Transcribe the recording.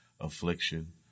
affliction